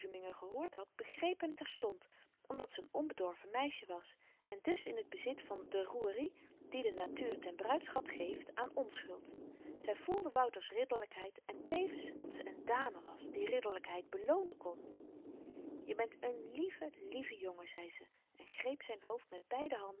gehoord had begreep hem terstond omdat ze een onbedorven meisje was en dus in t bezit van de rouerie die de natuur ten bruidschat geeft aan onschuld zy voelde wouter's ridderlykheid en tevens dat ze een dame was die ridderlykheid beloonen kon je bent een lieve lieve jongen zei ze en greep zyn hoofd met beide handen